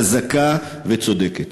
חזקה וצודקת.